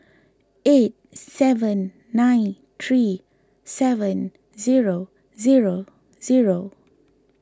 eight seven nine three seven zero zero zero